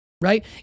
right